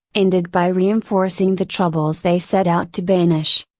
ended by reinforcing the troubles they set out to banish.